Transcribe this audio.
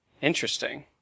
Interesting